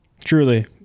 Truly